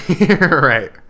Right